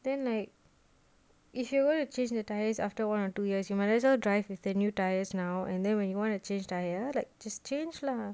then like if you want to change the tyres after one or two years you might as well drive with their new tyres now and then when you want to change tyre like just change lah